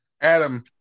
Adam